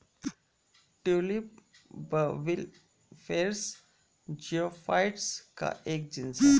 tulip bulbiferous geophytes का एक genus है